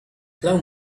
love